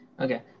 Okay